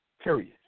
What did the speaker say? period